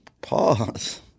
Pause